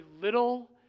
little